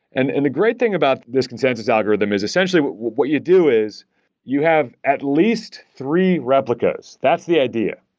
and and the great thing about this consensus algorithm is essentially what what you do is you have at least three replicas. replicas. that's the idea.